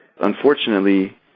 Unfortunately